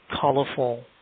colorful